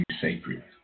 sacred